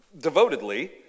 devotedly